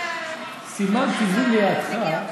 סימנתי וי לידך.